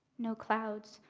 no clouds,